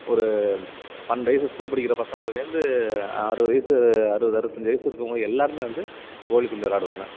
ஒரு பன்னெண்டு வயசு ஸ்கூல் படிக்கிற பசங்களிலேருந்து அறுபது வயசு அறுபது அறுபத்தஞ்சி வயசு இருக்கிறவங்களும் எல்லாருமே வந்து கோலிக்குண்டு விளாடுவாங்க